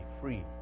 free